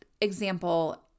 example